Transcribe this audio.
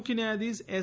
મુખ્ય ન્યાયાધીશ એસ